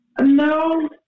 No